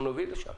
אנחנו נוביל לשם.